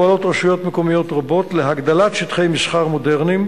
פועלות רשויות מקומיות רבות להגדלת שטחי מסחר מודרניים